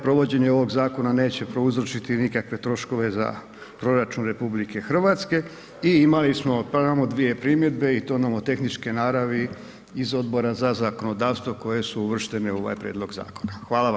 Provođenje ovog zakona neće prouzročiti nikakve troškove za proračun RH i imali smo samo dvije primjedbe i to nomotehničke naravi iz Odbora za zakonodavstvo koje su uvrštene u ovaj prijedlog zakona.